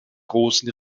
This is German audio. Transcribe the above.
großen